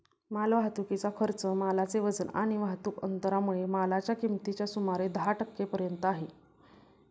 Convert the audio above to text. माल वाहतुकीचा खर्च मालाचे वजन आणि वाहतुक अंतरामुळे मालाच्या किमतीच्या सुमारे दहा टक्के पर्यंत आहे